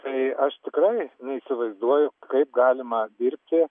tai aš tikrai neįsivaizduoju kaip galima dirbti